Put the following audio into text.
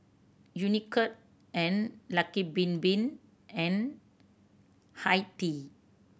Unicurd and Lucky Bin Bin and Hi Tea